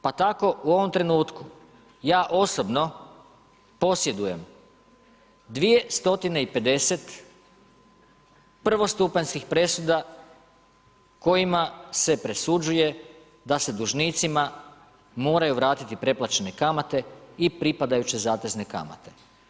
Pa tako u ovom trenutku, ja osobno posjedujem 2 stotine i 50 prvostupanjskih presuda kojima se presuđuje da se dužnicima moraju vratiti preplaćene kamate i pripadajuće zatezne kamate.